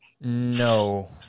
No